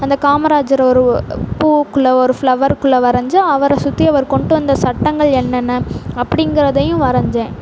அந்த காமராஜரை ஒரு பூவுக்குள்ளே ஒரு ஃபிளவருக்குள்ளே வரைஞ்சு அவரை சுற்றி அவர் கொண்டு வந்த சட்டங்கள் என்னென்ன அப்படிங்கிறதையும் வரைஞ்சேன்